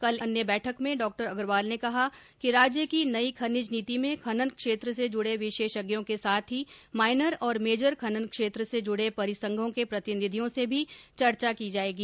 कल एक अन्य बैठक में डॉ अग्रवाल ने कहा कि राज्य की नई खनिज नीति में खनन क्षेत्र से जुड़े विशेषज्ञों के साथ ही माइनर और मेजर खनन क्षेत्र से जुड़े परिसंघों के प्रतिनिधियों से भी चर्चा की जाएगी